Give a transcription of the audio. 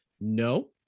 No